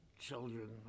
children